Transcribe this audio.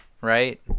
right